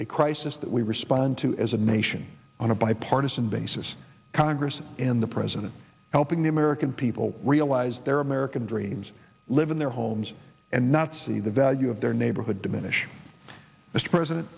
a crisis that we respond to as a nation on a bipartisan basis congress and the president helping the american people realize their american dreams live in their homes and not see the value of their neighborhood diminish mr president